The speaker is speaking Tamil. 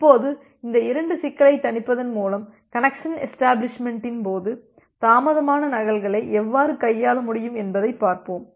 இப்போது இந்த இரண்டு சிக்கலைத் தணிப்பதன் மூலம் கனெக்சன் எஷ்டபிளிஷ்மெண்ட்டின் போது தாமதமான நகல்களை எவ்வாறு கையாள முடியும் என்பதைப் பார்ப்போம்